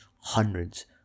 hundreds